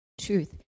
Truth